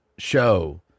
show